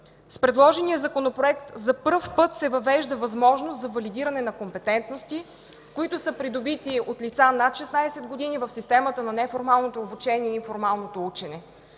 С предложения Законопроект за пръв път се въвежда възможност за валидиране на компетентности, които са придобити от лица над 16 години в системата на неформалното обучение и формалното учене.